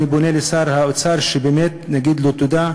אני פונה לשר האוצר, ובאמת נגיד לו תודה,